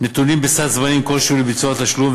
נתונים בסד זמנים כלשהו לביצוע התשלום,